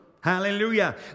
hallelujah